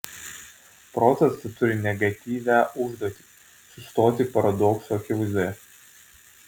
protas tad turi negatyvią užduotį sustoti paradokso akivaizdoje